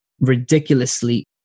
ridiculously